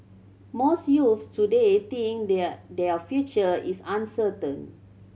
most youths today think their their future is uncertain